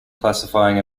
classifying